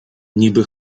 niby